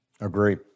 Agree